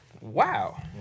wow